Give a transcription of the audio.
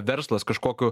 verslas kažkokio